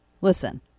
Listen